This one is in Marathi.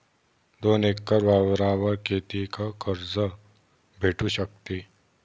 दोन एकर वावरावर कितीक कर्ज भेटू शकते?